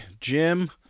Jim